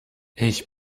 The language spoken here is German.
ich